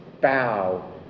bow